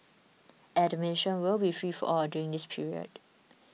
admission will be free for all during this period